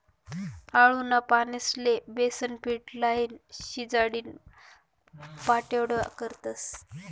आळूना पानेस्ले बेसनपीट लाईन, शिजाडीन पाट्योड्या करतस